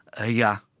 ah yeah,